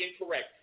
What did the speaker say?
incorrect